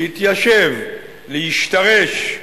להתיישב, להשתרש,